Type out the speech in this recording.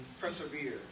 persevere